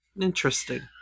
Interesting